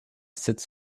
sits